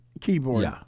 keyboard